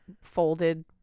folded